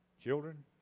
Children